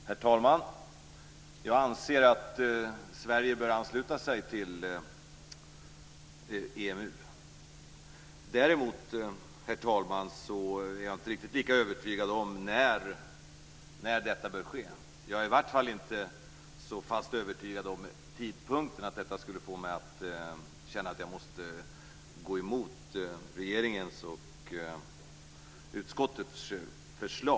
Herr talman! Jag anser att Sverige bör ansluta sig till EMU. Däremot, herr talman, är jag inte riktigt lika övertygad om när detta bör ske. Jag är i vart fall inte så fast övertygad om tidpunkten att det skulle kunna få mig att känna att jag måste gå emot regeringens och utskottets förslag.